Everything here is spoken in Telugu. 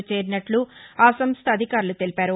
లో చేరినట్లు ఆ సంస్థ అధికారులు తెలిపారు